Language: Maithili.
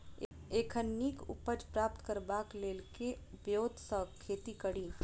एखन नीक उपज प्राप्त करबाक लेल केँ ब्योंत सऽ खेती कड़ी?